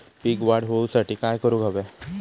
पीक वाढ होऊसाठी काय करूक हव्या?